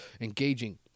Engaging